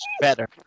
better